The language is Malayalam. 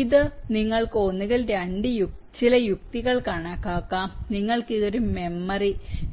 അതിനാൽ നിങ്ങൾക്ക് ഒന്നുകിൽ ചില യുക്തികൾ കണക്കാക്കാം നിങ്ങൾക്ക് ഇത് ഒരു മെമ്മറി